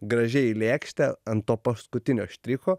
gražiai į lėkštę ant to paskutinio štricho